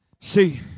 See